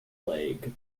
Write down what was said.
plague